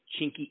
chinky